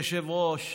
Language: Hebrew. אדוני היושב-ראש,